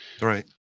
right